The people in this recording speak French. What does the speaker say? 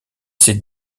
ses